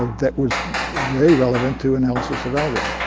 ah that was very relevant to analysis of algorithm.